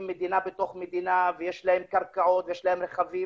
מדינה בתוך מדינה ויש להם קרקעות ויש להם רכבים